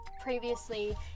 previously